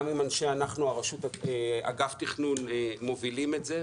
אנחנו, אגף התכנון, מובילים את זה,